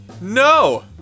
No